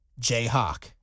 Jayhawk